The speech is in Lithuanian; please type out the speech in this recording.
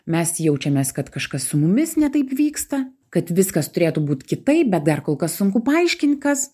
mes jaučiamės kad kažkas su mumis ne taip vyksta kad viskas turėtų būt kitaip bet dar kol kas sunku paaiškint kas